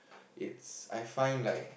it's I find like